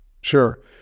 Sure